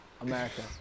America